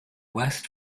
west